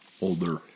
Older